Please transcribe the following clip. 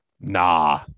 nah